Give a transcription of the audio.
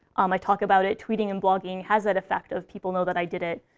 um i talk about it. tweeting and blogging has that effect of, people know that i did it.